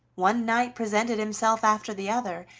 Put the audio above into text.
one knight presented himself after the other,